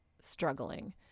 struggling